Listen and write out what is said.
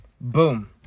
boom